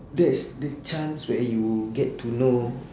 that's the chance where you get to know